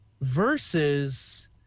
Versus